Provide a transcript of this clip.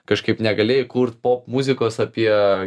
kažkaip negalėjai kurt popmuzikos apie